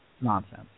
Nonsense